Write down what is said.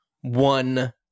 one